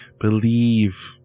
Believe